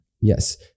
Yes